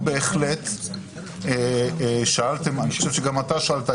שאלתם, אני חושב שגם אתה שאלת.